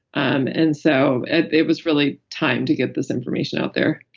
um and so and it was really time to get this information out there.